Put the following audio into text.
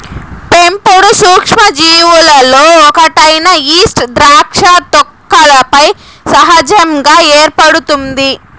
పెంపుడు సూక్ష్మజీవులలో ఒకటైన ఈస్ట్ ద్రాక్ష తొక్కలపై సహజంగా ఏర్పడుతుంది